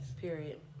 Period